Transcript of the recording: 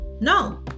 No